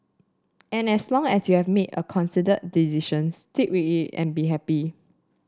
and as long as you have made a considered decision stick with it and be happy